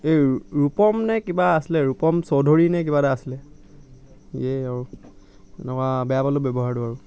এই ৰূপম নে কিবা আছিলে ৰূপম চৌধুৰী নে কিবা এটা আছিলে সিয়ে আৰু এনেকুৱা বেয়া পালোঁ ব্যৱহাৰটো আৰু